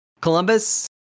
Columbus